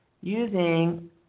using